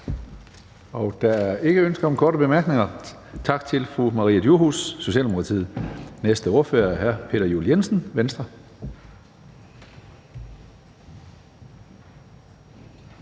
Der er ingen ønsker om korte bemærkninger. Tak til fru Maria Durhuus, Socialdemokratiet. Næste ordfører er hr. Peter Juel-Jensen, Venstre.